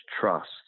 trust